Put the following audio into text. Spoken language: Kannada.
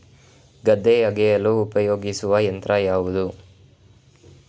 ಗದ್ದೆ ಅಗೆಯಲು ಉಪಯೋಗಿಸುವ ಯಂತ್ರ ಯಾವುದು?